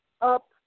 up